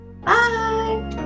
Bye